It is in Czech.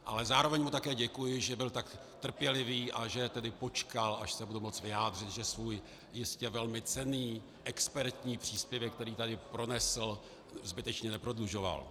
Ale zároveň mu také děkuji, že byl tak trpělivý a že tedy počkal, až se budu moci vyjádřit, že svůj jistě velmi cenný expertní příspěvek, který tady pronesl, zbytečně neprodlužoval.